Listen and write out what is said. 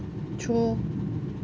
true mmhmm